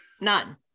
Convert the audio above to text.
none